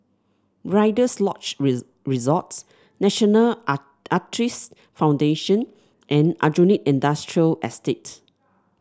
rider's Lodge Resort National Arthritis Foundation and Aljunied Industrial Estate